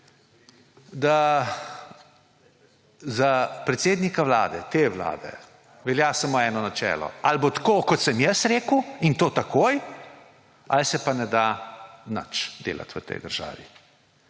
da za predsednika te vlade velja samo eno načelo: ali bo tako, kot sem jaz rekel, in to takoj, ali se pa ne da nič delati v tej državi.